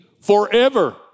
forever